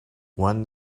one